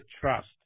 trust